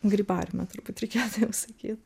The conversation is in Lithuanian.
grybariumą turbūt reikėtų jau sakyt